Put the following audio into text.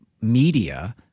media